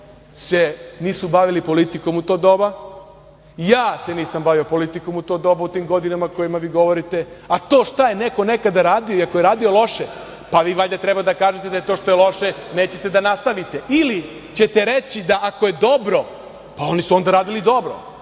se nisu bavili politikom u to doba. Ja se nisam bavio politikom u to doba, u tim godinama o kojima vigovorite, a to šta je neko nekada radio i ako je radio loše, pa vi valjda treba da kažete da je to što je loše nećete da nastavite ili ćete reći da ako je dobro, pa onda su oni radili dobro.